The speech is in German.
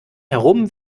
herum